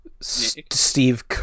Steve